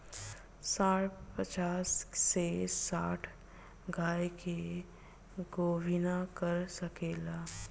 सांड पचास से साठ गाय के गोभिना कर सके ला